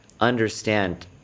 understand